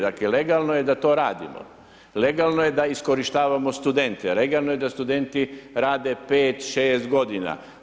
Dakle legalno je da to radimo, legalno je da iskorištavamo studente, legalno je da studenti rade 5, 6 godina.